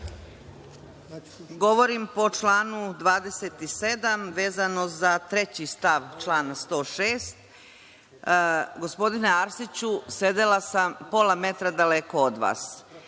Govorim po članu 27. vezano za stav 3. član 106.Gospodine Arsiću, sedela sam pola metra daleko od vas